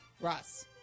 Ross